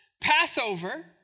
Passover